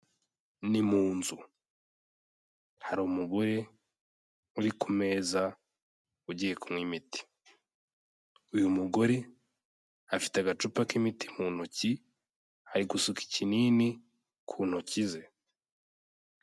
Ni mu nzu, hari umugore uri ku meza ugiye kunywa imiti, uyu mugore afite agacupa k'imiti mu ntoki, ari gusuka ikinini ku ntoki ze.